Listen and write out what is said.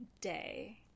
day